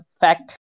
fact